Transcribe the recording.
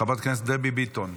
חברת הכנסת דבי ביטון,